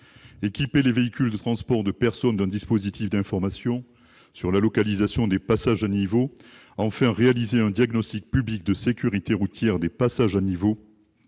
équiper les véhicules de transport de personnes d'un dispositif d'information sur la localisation des passages à niveau ; réaliser un diagnostic public de sécurité routière des passages à niveau,